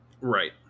Right